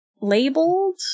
Labeled